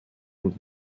und